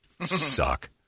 suck